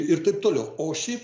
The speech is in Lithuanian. ir taip toliau o šiaip